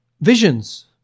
visions